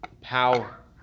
power